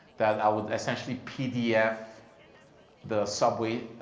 that i would essentially pdf the subway,